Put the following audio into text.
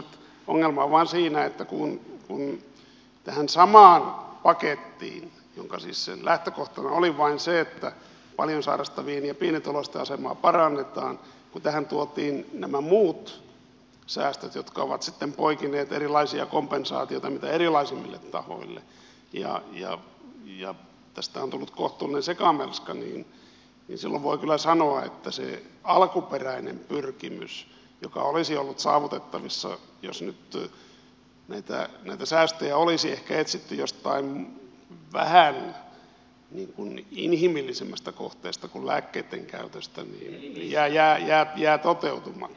ongelma on vain siinä että kun tähän samaan pakettiin jonka lähtökohtana oli vain se että paljon sairastavien ja pienituloisten asemaa parannetaan tuotiin nämä muut säästöt jotka ovat sitten poikineet erilaisia kompensaatioita mitä erilaisimmille tahoille ja tästä on tullut kohtuullinen sekamelska niin silloin voi kyllä sanoa että se alkuperäinen pyrkimys joka olisi ollut saavutettavissa jos näitä säästöjä olisi ehkä etsitty jostain vähän inhimillisemmästä kohteesta kuin lääkkeittenkäytöstä neljä jäähyä ja toteutuma